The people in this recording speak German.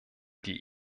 die